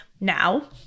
Now